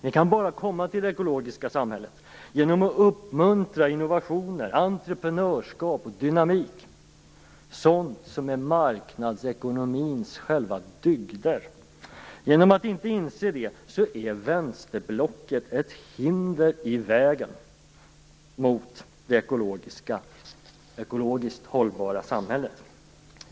Vi kan bara komma till det ekologiskt hållbara samhället genom att uppmuntra innovationer, entreprenörskap och dynamik - sådant som är marknadsekonomins själva dygder. Genom att inte inse det är vänsterblocket ett hinder i vägen mot det ekologiskt hållbara samhället.